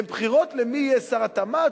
הן בחירות על מי יהיה שר התמ"ת,